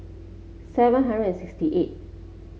seven hundred and sixty eighth